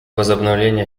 возобновление